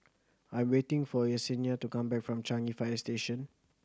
I'm waiting for Yessenia to come back from Changi Fire Station